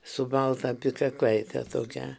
su balta apykaklaite tokia